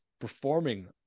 performing